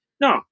No